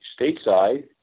stateside